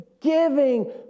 giving